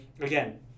again